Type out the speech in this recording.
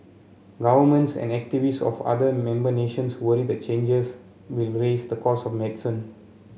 governments and activists of other member nations worry the changes will raise the costs of medicine